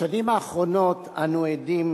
בשנים האחרונות אנו עדים